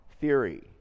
theory